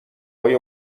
های